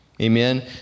Amen